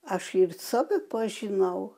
aš ir save pažinau